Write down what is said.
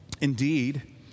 Indeed